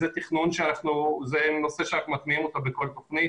זה נושא שאנחנו מטמיעים אותו בכל תכנית.